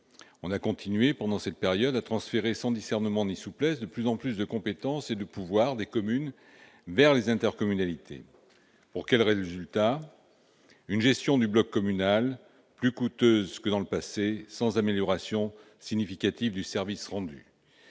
on a continué à transférer sans discernement ni souplesse de plus en plus de compétences et de pouvoirs des communes vers les intercommunalités. Pour quel résultat ? Une gestion du bloc communal plus coûteuse que par le passé, sans amélioration significative du service rendu.